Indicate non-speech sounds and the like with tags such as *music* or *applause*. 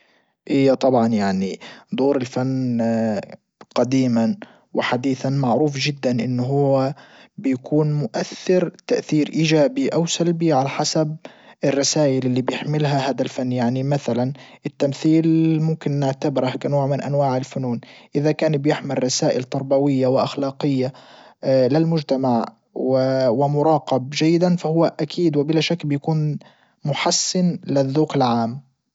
ايه طبعا يعني دور الفن *hesitation* قديما وحديثا معروف جدا ان هو بيكون مؤثر تأثير ايجابي او سلبي على حسب الرسايل اللي بيحملها هدا الفن يعني مثلا التمثيل ممكن نعتبره كنوع من انواع الفنون اذا كان بيحمل رسائل تربوية واخلاقية *hesitation* للمجتمع *hesitation* ومراقب جيدا فهو اكيد وبلا شك بيكون محسن للذوق العام.